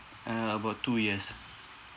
uh about two years